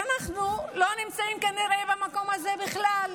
כי אנחנו לא נמצאים כנראה במקום הזה בכלל.